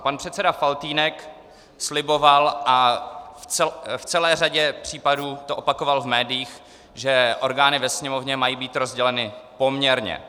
Pan předseda Faltýnek sliboval a v celé řadě případů to opakoval v médiích, že orgány ve Sněmovně mají být rozděleny poměrně.